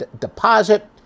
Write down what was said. deposit